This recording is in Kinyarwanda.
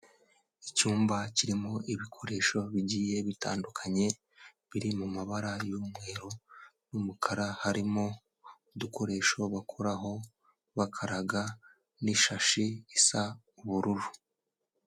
Icyumba kirimo ibikoresho bigiye bitandukanye biri mabara y'umweru n'umukara harimo udukoresho bakoraho bakaraga n'ishashi isa ubururu.